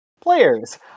Players